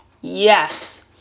Yes